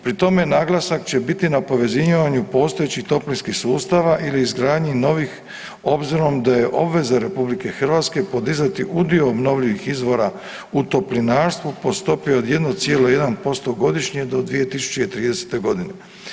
Pri tome naglasak će biti na povezivanju postojećih toplinskih sustava ili izgradnji novih obzirom da je obveza RH podizati udio obnovljivih izvora u Toplinarstvu po stopi od 1,1% godišnje do 2030.g.